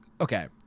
okay